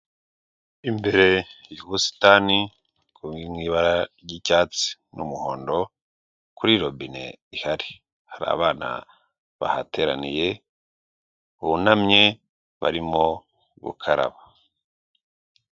Imbere y'ubusitani buri mu ibara ry'icyatsi n'umuhondo kuri robine ihari hari abana bahateraniye bunamye barimo gukaraba.